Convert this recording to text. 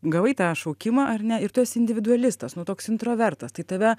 gavai tą šaukimą ar ne ir tu esi individualistas nu toks introvertas tai tave